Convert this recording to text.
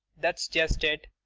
that's just it.